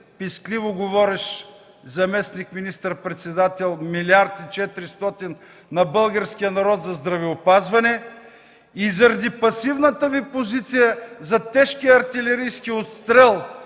пискливо говорещ заместник-министър председател, милиард и четиристотин на българския народ за здравеопазване; заради пасивната Ви позиция за тежкия артилерийски отстрел,